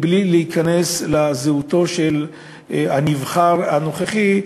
להיכנס לזהותו של הנבחר הנוכחי,